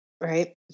Right